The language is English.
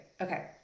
Okay